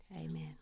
Amen